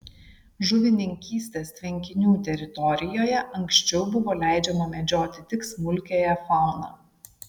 žuvininkystės tvenkinių teritorijoje anksčiau buvo leidžiama medžioti tik smulkiąją fauną